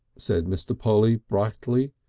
said mr. polly brightly,